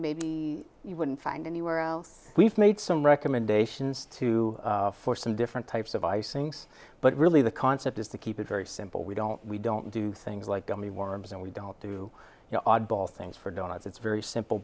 maybe you wouldn't find anywhere else we've made some recommendations to for some different types of ice things but really the concept is to keep it very simple we don't we don't do things like gummy worms and we don't do you know oddball things for donuts it's very simple